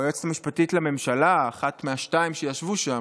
או היועצת המשפטית לממשלה, אחת מהשתיים, שישבה שם,